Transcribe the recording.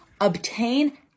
obtain